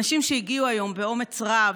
הנשים שהגיעו היום לכאן, באומץ רב,